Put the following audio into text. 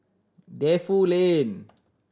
Defu Lane